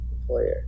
employer